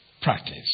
practice